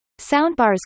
Soundbars